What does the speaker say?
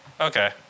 Okay